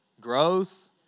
gross